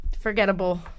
Forgettable